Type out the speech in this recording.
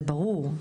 זה ברור,